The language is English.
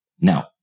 Now